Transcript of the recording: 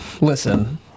listen